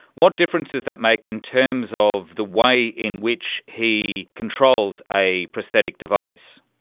what difference does that make in terms of the way in which he controls a prostatic device?